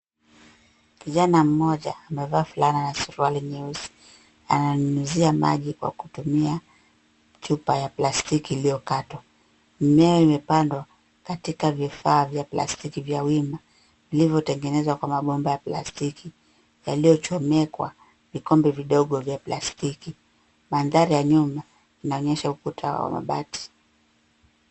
Kijana mmoja amevaa fulana na suruali nyeusi. Ananyunyuzia maji kwa kutumia chupa ya plastiki iliyokatwa. Mimea imepandwa katika vifaa vya plastiki vya wima vilivyotengenezwa kwa mabomba ya plastiki yaliyochomekwa vikombe vidogo vya plastiki. Mandhari ya nyuma inaonyesha ukuta wa mabati.